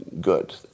good